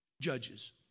Judges